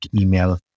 email